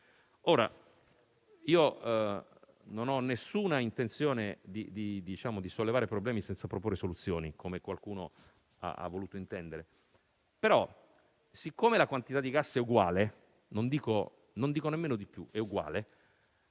Ora, non ho nessuna intenzione di sollevare problemi senza proporre soluzioni, come qualcuno ha voluto intendere; però, siccome la quantità di gas è uguale, non è molto giustificato